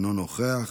אינו נוכח,